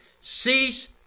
Cease